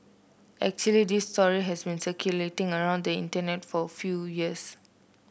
actually this story has been circulating around the Internet for a few years